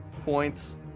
points